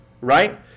right